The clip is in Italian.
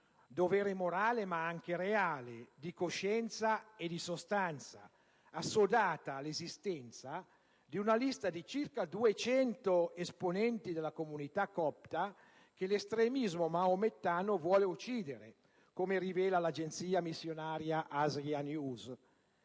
dovere morale ma anche reale, di coscienza e di sostanza, assodata l'esistenza di una lista di circa 200 esponenti della comunità copta che l'estremismo maomettano vuole uccidere, come rivela l'agenzia missionaria AsiaNews;